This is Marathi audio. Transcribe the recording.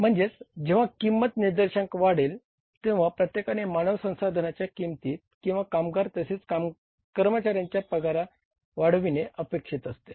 म्हणजे जेव्हा किंमत निर्देशांक वाढेल तेव्हा प्रत्येकाने मानव संसाधनांच्या किंमती किंवा कामगार तसेच कर्मचार्यांचे पगार वाढविणे अपेक्षित असते